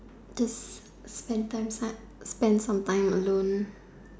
as spend time spend some time alone